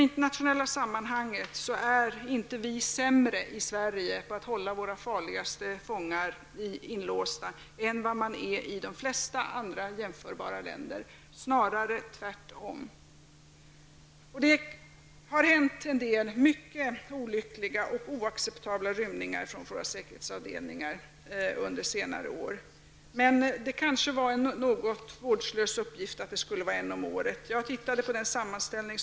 Internationellt sett är vi i Sverige inte sämre på att hålla våra farligaste fångar inlåsta än vad man är i de flesta andra jämförbara länder -- snarare tvärtom. Det har skett en del mycket olyckliga och oacceptabla rymningar från våra säkerhetsavdelningar under senare år. Men uppgiften att det skulle ske en rymning om året var något vårdslös.